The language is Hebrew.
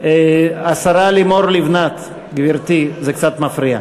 השרה לימור לבנת, גברתי, זה קצת מפריע.